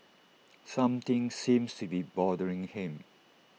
something seems to be bothering him